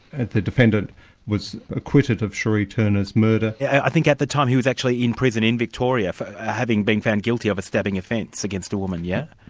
the defendant was acquitted of shirree turner's murder. i think at the time he was actually in prison in victoria for having been found guilty of a stabbing offence against a woman, yeah